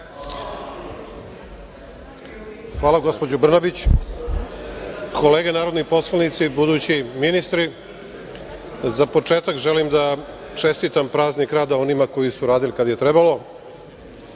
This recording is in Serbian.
Hvala, gospođo Brnabić. Kolege narodni poslanici, budući ministri, za početak želim da čestitam Praznik rada onima koji su radili kad je trebalo,